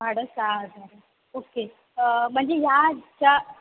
साडे सहा हजार ओके म्हणजे ह्या च्या